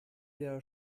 der